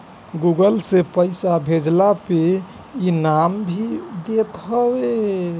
Google Pay से पईसा भेजला पे इ इनाम भी देत हवे